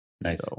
nice